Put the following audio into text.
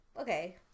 okay